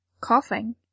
Coughing